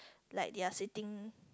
like they are sitting